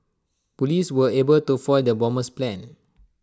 Police were able to foil the bomber's plan